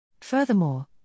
Furthermore